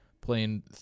playing